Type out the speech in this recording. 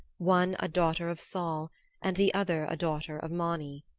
one a daughter of sol and the other a daughter of mani.